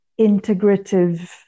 integrative